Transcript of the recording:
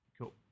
Cool